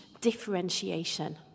differentiation